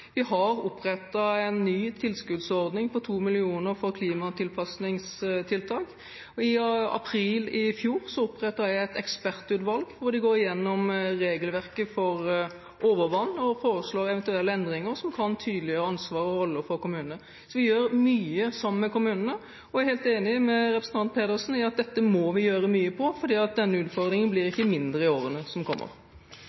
Vi har opprettet en ny tilskuddsordning på 2 mill. kr for klimatilpassingstiltak. I april i fjor opprettet jeg et ekspertutvalg som skal gå igjennom regelverket for overvann og foreslå eventuelle endringer som kan tydeliggjøre ansvar og roller for kommunene. Så vi gjør mye sammen med kommunene, og jeg er helt enig med representanten Pedersen i at vi må gjøre mye på dette området, for denne utfordringen blir ikke mindre i årene som kommer.